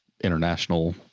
international